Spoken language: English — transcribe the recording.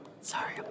Sorry